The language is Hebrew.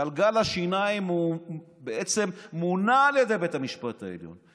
גלגל השיניים בעצם מונע על ידי בית המשפט העליון.